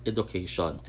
Education